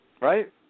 Right